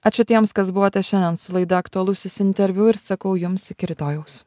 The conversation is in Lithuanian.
ačiū tiems kas buvote šiandien su laida aktualusis interviu ir sakau jums iki rytojaus